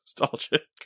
nostalgic